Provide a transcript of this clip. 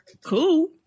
cool